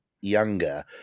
younger